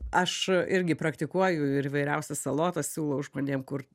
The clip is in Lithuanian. aš irgi praktikuoju ir įvairiausias salotas siūlau žmonėm kur